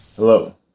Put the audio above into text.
Hello